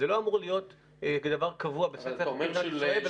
זה לא אמור להיות כדבר קבוע בספר החוקים של מדינת ישראל,